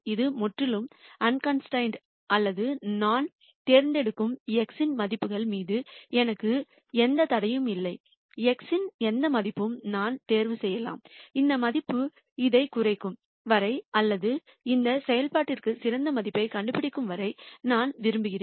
இது முற்றிலும் ஆன்கான்ஸ்டரைனெட் அல்லது நான் தேர்ந்தெடுக்கும் x இன் மதிப்புகள் மீது எனக்கு எந்த தடையும் இல்லை x இன் எந்த மதிப்பையும் நான் தேர்வு செய்யலாம் அந்த மதிப்பு இதைக் குறைக்கும் வரை அல்லது இந்த செயல்பாட்டிற்கு சிறந்த மதிப்பைக் கண்டுபிடிக்கும் வரை நான் விரும்புகிறேன்